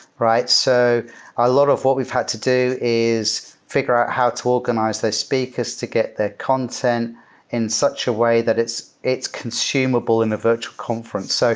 right? so a lot of what we've had to do is figure out how to organize those speakers to get their content in such a way that it's it's consumable in a virtual conference. so